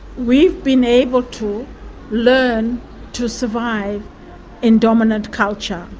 we've been able to learn to survive in dominant culture.